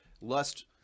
lust